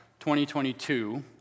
2022